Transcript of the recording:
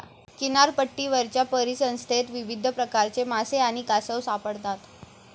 किनारपट्टीवरच्या परिसंस्थेत विविध प्रकारचे मासे आणि कासव सापडतात